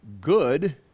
good